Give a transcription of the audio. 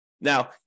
Now